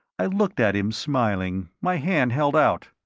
i looked at him, smiling, my hand held out.